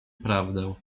prawdę